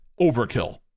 overkill